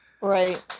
Right